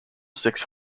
six